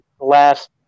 last